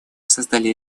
создали